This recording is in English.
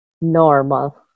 normal